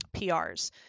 PRs